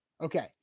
Okay